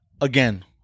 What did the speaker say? again